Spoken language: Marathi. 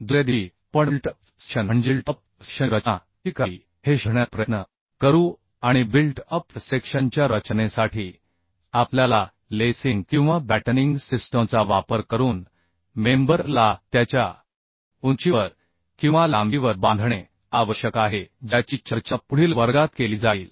दुसऱ्या दिवशी आपण बिल्ट अप सेक्शन म्हणजे बिल्ट अप सेक्शनची रचना कशी करावी हे शोधण्याचा प्रयत्न करू आणि बिल्ट अप सेक्शनच्या रचनेसाठी आपल्याला लेसिंग किंवा बॅटनिंग सिस्टमचा वापर करून मेंबर ला त्याच्या उंचीवर किंवा लांबीवर बांधणे आवश्यक आहे ज्याची चर्चा पुढील वर्गात केली जाईल